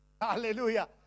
Hallelujah